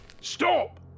Stop